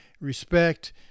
respect